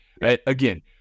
again